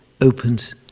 opened